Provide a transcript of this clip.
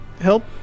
help